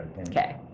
Okay